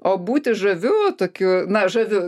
o būti žaviu tokiu na žaviu